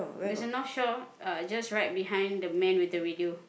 there's a North Shore uh just right behind the man with the radio